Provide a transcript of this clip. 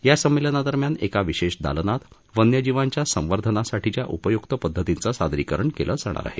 या संमेलनादरम्यान एका विशेष दालनात वन्यजीवांच्या संवर्धनासाठीच्या उपयुक्त पद्धतींचं सादरीकरण केलं जाणार आहेत